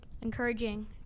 encouraging